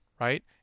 right